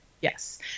Yes